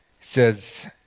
says